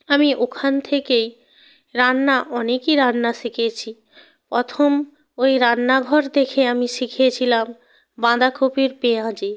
আমি ওখান থেকেই রান্না অনেকই রান্না শিখেছি প্রথম ওই রান্নাঘর দেখে আমি শিখেছিলাম বাঁদাকপির পেঁয়াজি